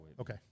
Okay